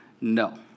No